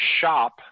shop